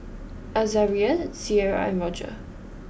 Azaria Cierra and Rodger